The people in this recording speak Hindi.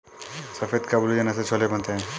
सफेद काबुली चना से छोले बनते हैं